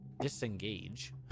disengage